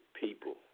people